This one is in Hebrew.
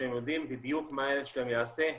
כשהם יודעים בדיוק מה הילד שלהם יעשה,